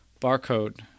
barcode